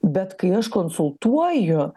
bet kai aš konsultuoju